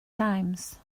times